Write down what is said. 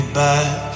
back